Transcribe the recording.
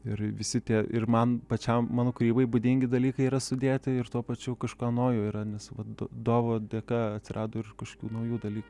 ir visi tie ir man pačiam mano kūrybai būdingi dalykai yra sudėti ir tuo pačiu kažko naujo yra nes vat dovo dėka atsirado ir kažkokių naujų dalykų